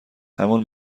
همون